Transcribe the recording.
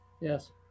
yes